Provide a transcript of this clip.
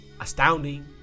astounding